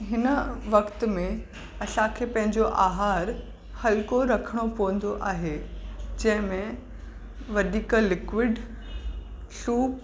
हिन वक़्तु में असांखे पैंजो आहार हलको रखणो पौंदो आहे जैमें वधीक लिक्विड सूप